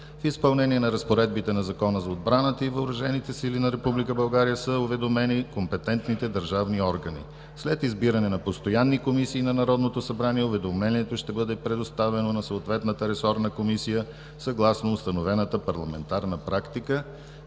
В изпълнение на разпоредбите на Закона за отбраната и въоръжените сили на Република България са уведомени компетентните държавни органи. След избиране на постоянни комисии на Народното събрание уведомлението ще бъде предоставено на съответната ресорна комисия, съгласно установената парламентарна практика.